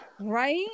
Right